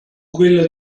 quella